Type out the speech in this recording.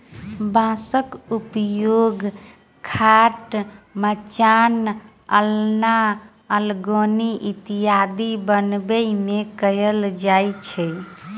बाँसक उपयोग खाट, मचान, अलना, अरगनी इत्यादि बनबै मे कयल जाइत छै